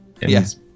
Yes